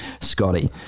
Scotty